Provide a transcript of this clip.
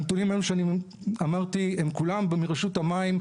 הנתונים האלו שאני אמרתי הם כולם מרשות המים,